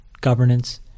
governance